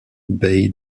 bei